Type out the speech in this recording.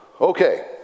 Okay